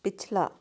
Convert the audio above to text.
ਪਿਛਲਾ